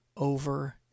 Over